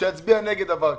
שיצביע נגד דבר כזה.